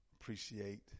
appreciate